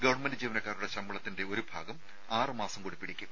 government ജീവനക്കാരുടെ ശമ്പളത്തിന്റെ ഒരു ഭാഗം ആറുമാസം കൂടി പിടിയ്ക്കും